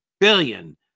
billion